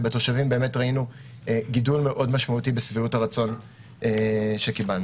וראינו גידול מאוד משמעותי בשביעות הרצון של התושבים.